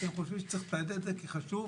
שהם חושבים שצריך לתעד כי חשוב.